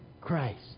Christ